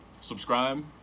subscribe